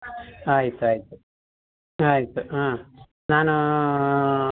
ಆಯ್ತು ಆಯಿತು ಆಯಿತು ಹಾಂ ನಾನು